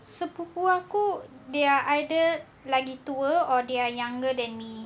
sepupu aku they are either lagi tua or they're younger than me